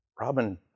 Robin